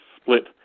split